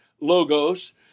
Logos